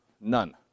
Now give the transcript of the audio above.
None